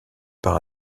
par